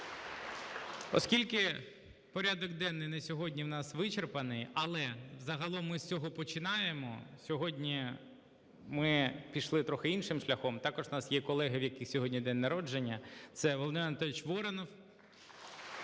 Оскільки порядок денний на сьогодні в нас вичерпаний, але загалом ми з цього починаємо. Сьогодні ми пішли трохи іншим шляхом. Також в нас є колеги, в яких сьогодні День народження – це Володимир Анатолійович Воронов